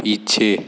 पीछे